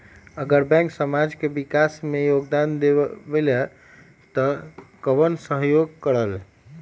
अगर बैंक समाज के विकास मे योगदान देबले त कबन सहयोग करल?